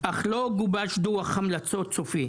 אך לא גובש דו"ח המלצות סופי.